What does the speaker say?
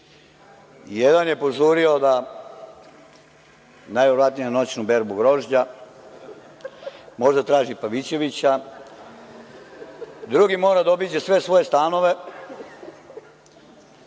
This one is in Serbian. Jedan je požurio najverovatnije na noćnu berbu grožđa, možda traži Pavićevića, drugi mora da obiđe sve svoje stanove,